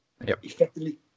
effectively